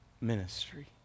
ministry